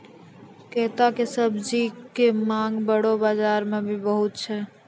कैता के सब्जी के मांग बड़ो बाजार मॅ भी बहुत छै